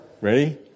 ready